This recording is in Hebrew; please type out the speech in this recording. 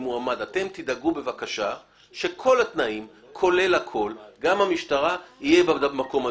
אתם תדאגו שכל התנאים, כולל הכל, יהיו במקום.